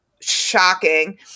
shocking